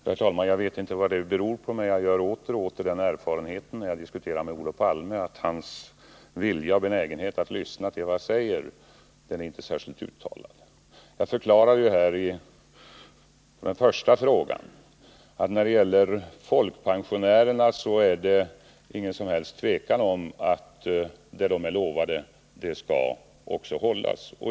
Herr talman! Åter och åter gör jag den erfarenheten när jag diskuterar med Olof Palme att hans vilja och benägenhet att lyssna till vad jag säger inte är särskilt stor. Jag förklarade, med anledning av Olof Palmes första fråga, att det inte är någon som helst tvekan om att de löften folkpensionärerna fått skall hållas.